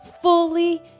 fully